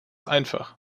einfach